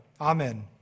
Amen